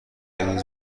امروز